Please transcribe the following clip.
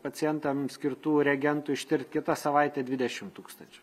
pacientam skirtų reagentų ištirt kitą savaitę dvidešimt tūkstančių